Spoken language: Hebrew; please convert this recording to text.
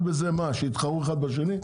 רק בזה שהם יתחרו אחד בשני?